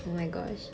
oh my gosh